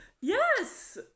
Yes